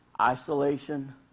isolation